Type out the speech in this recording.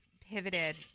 pivoted